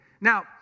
Now